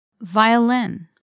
violin